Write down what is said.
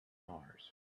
mars